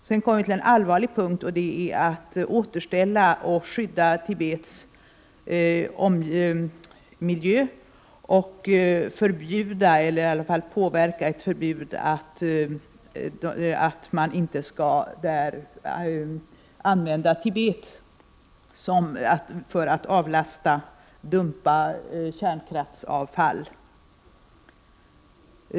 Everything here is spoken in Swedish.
Sedan kommer vi till den allvarliga punkten: att återställa och skydda Tibets miljö och medverka till ett förbud mot att man i Tibet dumpar kärnkraftsavfall.